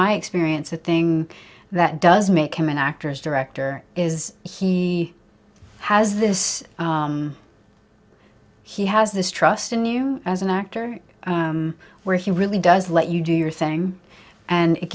my experience the thing that does make him an actor's director is he has this he has this trust in you as an actor where he really does let you do your thing and it